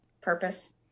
Purpose